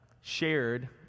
shared